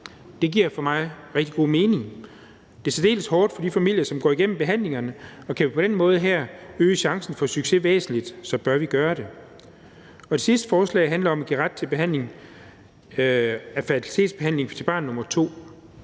Det giver for mig rigtig god mening. Det er særdeles hårdt for de familier, som går igennem behandlingerne, og kan vi på den her måde øge chancen for succes væsentligt, bør vi gøre det. Det sidste forslag handler om at give en ret til fertilitetsbehandling til barn nr.